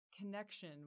connection